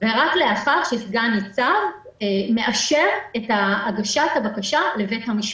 ורק לאחר שסגן-ניצב מאשר את הגשת הבקשה לבית המשפט.